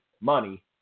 Money